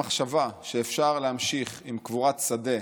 המחשבה שאפשר להמשיך עם קבורת שדה,